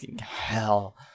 hell